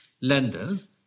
lenders